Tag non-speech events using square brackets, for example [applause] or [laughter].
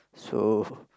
so [noise]